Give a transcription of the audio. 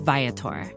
Viator